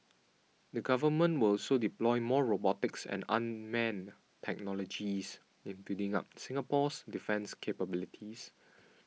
the Government will also deploy more robotics and unmanned technologies in building up Singapore's defence capabilities